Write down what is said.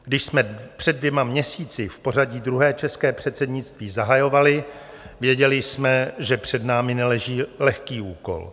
Když jsme před dvěma měsíci v pořadí druhé české předsednictví zahajovali, věděli jsme, že před námi neleží lehký úkol.